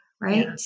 right